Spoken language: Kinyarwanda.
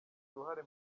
uruhare